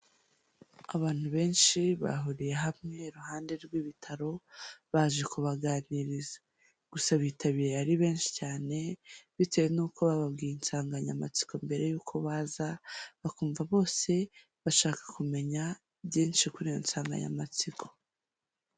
Abantu benshi bahuriye hamwe iruhande rw'ibitaro, baje kubaganiriza gusa bitabiriye ari benshi cyane bitewe n'uko bababwiye insanganyamatsiko mbere y'uko baza, bakumva bose bashaka kumenya byinshi kuri iyo nsanganyamatsiko.